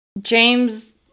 James